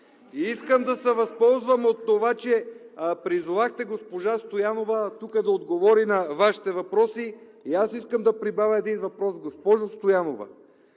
Искам да се възползвам от това, че призовахте госпожа Стоянова тук да отговори на Вашите въпроси. И аз искам да прибавя един въпрос: госпожо Стоянова,